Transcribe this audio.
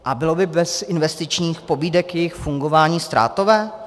A bylo by bez investičních pobídek jejich fungování ztrátové?